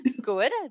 Good